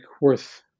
worth